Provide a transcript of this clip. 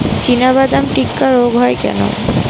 চিনাবাদাম টিক্কা রোগ হয় কেন?